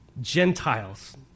Gentiles